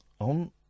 On